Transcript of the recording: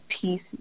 peace